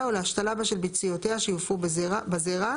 או להשתלה בה של ביציותיה שיופרו בזרע,